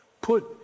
Put